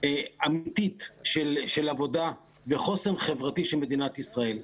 אמתית של עבודה, וחוסן חברתי של מדינת ישראל.